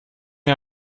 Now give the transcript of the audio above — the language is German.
mir